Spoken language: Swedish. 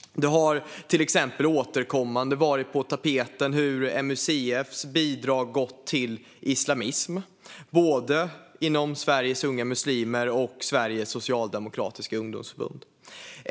Det har till exempel återkommande varit på tapeten hur MUCF:s bidrag gått till islamism, både inom Sveriges Unga Muslimer och inom Sveriges Socialdemokratiska Ungdomsförbund.